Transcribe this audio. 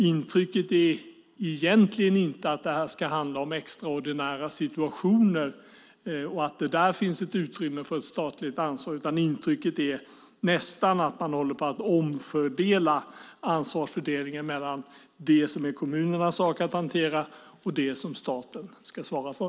Intrycket är egentligen inte att det här ska handla om extraordinära situationer och att det där finns ett utrymme för ett statligt ansvar, utan intrycket är nästan att man håller på att omfördela ansvaret mellan det som är kommunernas sak att hantera och det som staten ska svara för.